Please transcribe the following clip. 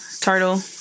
turtle